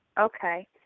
Okay